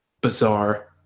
bizarre